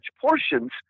portions